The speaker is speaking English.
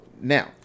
Now